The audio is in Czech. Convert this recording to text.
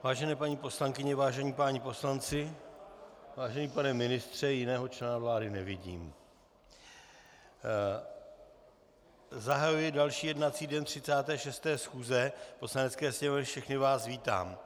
Vážené paní poslankyně, vážení páni poslanci, vážený pane ministře , jiného člena vlády nevidím, zahajuji další jednací den 36. schůze Poslanecké sněmovny a všechny vás vítám.